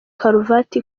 karuvati